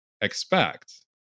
expect